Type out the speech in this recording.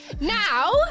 now